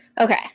Okay